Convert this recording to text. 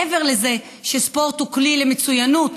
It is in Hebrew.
מעבר לזה שספורט הוא כלי למצוינות,